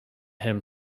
him